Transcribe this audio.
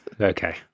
Okay